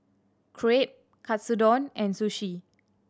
Crepe Katsudon and Sushi